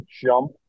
jump